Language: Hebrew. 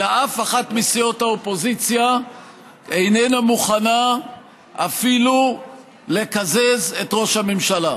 אלא אף אחת מסיעות האופוזיציה איננה מוכנה אפילו לקזז את ראש הממשלה.